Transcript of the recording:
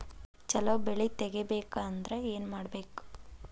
ಛಲೋ ಬೆಳಿ ತೆಗೇಬೇಕ ಅಂದ್ರ ಏನು ಮಾಡ್ಬೇಕ್?